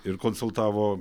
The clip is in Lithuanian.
ir konsultavo